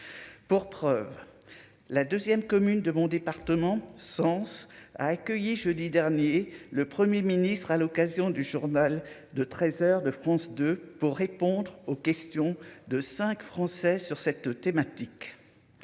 pour preuve la 2ème commune de mon département sens a accueilli, jeudi dernier, le 1er ministre à l'occasion du journal de 13 heures de France 2 pour répondre aux questions de 5 Français sur cette thématique,